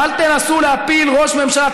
ואל תנסו להפיל ראש ממשלה.